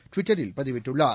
ட்விட்டரில் பதிவிட்டுள்ளார்